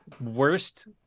worst